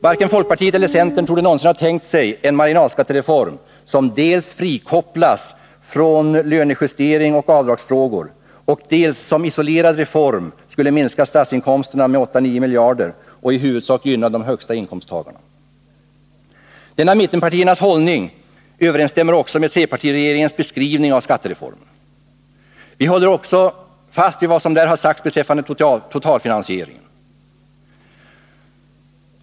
Varken folkpartiet eller centern torde någonsin ha tänkt sig en marginalskattereform som dels frikopplas från lönejusteringar och avdragsfrågor, dels, som isolerad reform, skulle minska statsinkomsterna med 8-9 miljarder och i huvudsak gynna de högsta inkomsttagarna. Denna mittenpartiernas hållning överensstämmer också med trepartiregeringens beskrivning av skattereformen. Vi håller också fast vid vad som där har sagts beträffande totalfinansieringen.